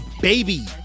Baby